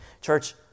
Church